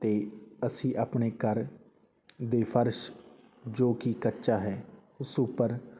ਅਤੇ ਅਸੀਂ ਆਪਣੇ ਘਰ ਦੇ ਫਰਸ਼ ਜੋ ਕਿ ਕੱਚਾ ਹੈ ਉਸ ਉੱਪਰ